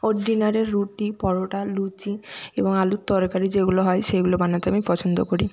ও ডিনারে রুটি পরোটা লুচি এবং আলুর তরকারি যেগুলো হয় সেগুলো বানাতে আমি পছন্দ করি